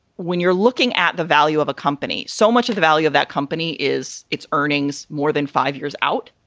when you're looking at the value of a company, so much of the value of that company is its earnings more than five years out.